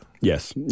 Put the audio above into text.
Yes